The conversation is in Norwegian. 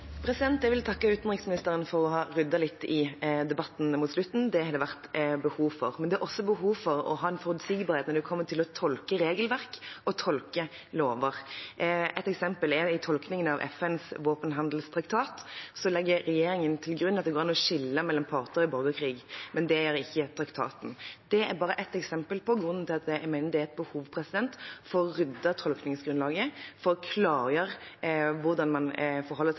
Jeg vil takke utenriksministeren for å ha ryddet litt i debatten mot slutten, det har det vært behov for. Men det er også behov for å ha en forutsigbarhet når det kommer til å tolke regelverk og lover. Et eksempel er at i tolkningen av FNs våpenhandelstraktat legger regjeringen til grunn at det går an å skille mellom parter i borgerkrig. Men det gjør ikke traktaten. Det er bare ett eksempel på grunnen til at jeg mener det er et behov for å rydde i tolkningsgrunnlaget for å klargjøre hvordan man forholder seg